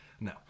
No